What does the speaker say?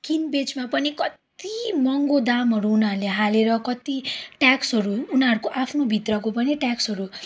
किनबेचमा पनि कत्ति महँगो दामहरू उनीहरूले हालेर कत्ति ट्याक्सहरू उनीहरूको आफ्नोभित्रको पनि ट्याक्सहरू